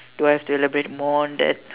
do I have to elaborate more on that